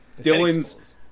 Dylan's